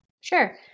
Sure